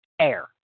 air